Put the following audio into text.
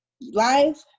life